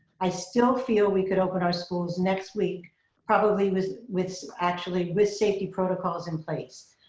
i still feel we could open our schools next week probably with with actually with safety protocols in place.